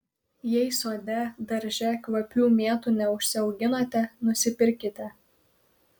jei sode darže kvapių mėtų neužsiauginote nusipirkite